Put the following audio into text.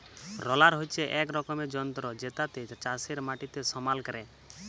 roller হচ্যে এক রকমের যন্ত্র জেতাতে চাষের মাটিকে সমাল ক্যরে